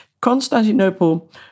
Constantinople